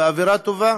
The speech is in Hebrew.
באווירה טובה,